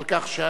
על כך שענו.